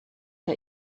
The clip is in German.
der